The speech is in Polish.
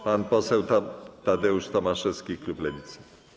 Pan poseł Tadeusz Tomaszewski, klub Lewicy.